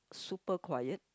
super quiet